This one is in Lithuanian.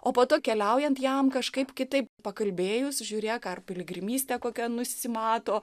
o po to keliaujant jam kažkaip kitaip pakalbėjus žiūrėk ar piligrimystė kokia nusimato